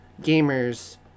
gamers